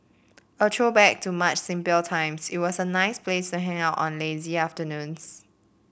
a throwback to much simpler times it was a nice place to hang out on lazy afternoons